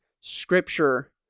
Scripture